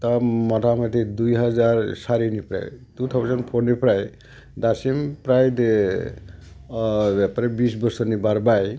दा मथा मथि दुइ हाजार सारिनिफ्राय टु थावजेन्ड फ'रनिफ्राय दासिम फ्राय फ्राय बिस बोसोरनि बारबाय